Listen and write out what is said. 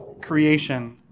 creation